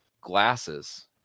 glasses